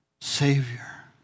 Savior